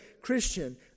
Christian